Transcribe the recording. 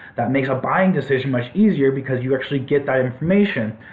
that makes a buying decision much easier because you actually get that information.